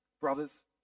Brothers